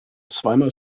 zweimal